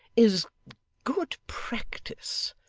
is good practice.